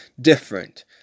different